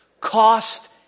cost